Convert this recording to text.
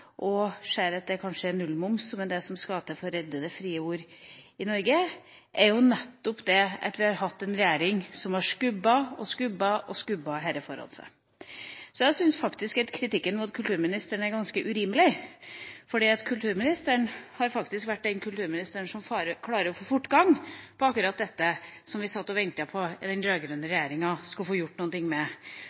og ser at det kanskje er nullmoms som er det som skal til for å redde det frie ord i Norge, er jo nettopp at vi har hatt en regjering som har skubbet og skubbet dette foran seg. Så jeg syns faktisk at kritikken mot kulturministeren er ganske urimelig, for kulturministeren har jo vært den kulturministeren som har klart å få fortgang i akkurat dette som vi ventet på at den rød-grønne regjeringa skulle få gjort noe med,